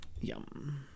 Yum